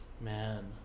Man